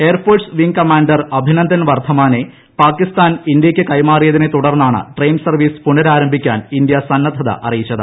air force wing commander Abhinandan വർദ്ധമാനെ പാകിസ്ഥാൻ ഇന്ത്യയ്ക്ക് കൈമാറിയതിനെ തുടർന്നാണ് ട്രെയിൻ സർവ്വീസ് പുനരാരംഭിക്കാൻ ഇന്ത്യ സന്നദ്ധത അറിയിച്ചത്